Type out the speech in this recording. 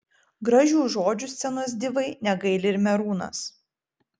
gražių žodžių scenos divai negaili ir merūnas